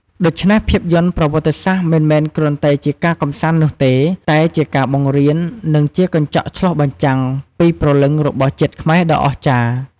ដូច្នេះ ភាពយន្តប្រវត្តិសាស្ត្រមិនមែនគ្រាន់តែជាការកម្សាន្តនោះទេ តែជាការបង្រៀន និងជាកញ្ចក់ឆ្លុះបញ្ចាំងពីព្រលឹងរបស់ជាតិខ្មែរដ៏អស្ចារ្យ។